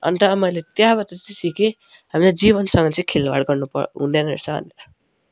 अन्त मैले त्यहाँबाट सिके हामीले जीवनसँग चाहिँ खेलबाड गर्नु पर् हुँदैन रहेछ भनेर